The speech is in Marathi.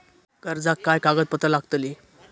कर्जाक काय कागदपत्र लागतली?